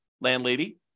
landlady